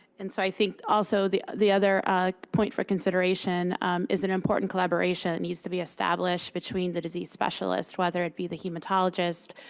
and so i think, also, the the other point for consideration is an important collaboration that needs to be established between the disease specialist whether it be the hematologist,